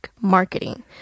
marketing